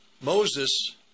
Moses